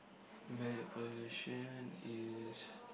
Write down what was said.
where the position is